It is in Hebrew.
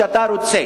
את מי שאתה רוצה.